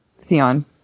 Theon